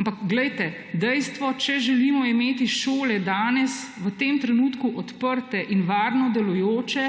Ampak glejte, dejstvo, če želimo imeti šole danes, v tem trenutku odprte in varno delujoče,